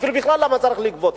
ואפילו למה בכלל צריך לגבות.